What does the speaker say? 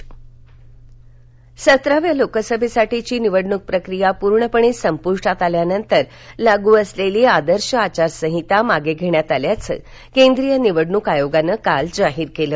आचारसंहिता सतराव्या लोकसभेसाठीची निवडणूक प्रक्रीया पूर्णपणे संपुष्टात आल्यानंतर लागू असलेली आदर्श आचार संहिता मागे घेण्यात आल्याचं केंद्रीय निवडणूक आयोगानं काल जाहीर केलं